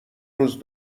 روز